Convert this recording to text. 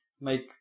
make